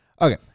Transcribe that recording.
Okay